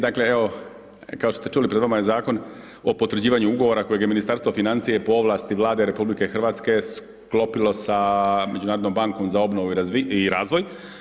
Dakle evo, kao što ste čuli, pred vama je Zakon o potvrđivanju Ugovora kojeg je Ministarstvo financija po ovlasti Vlade RH sklopilo sa Međunarodnom bankom za obnovu i razvoj.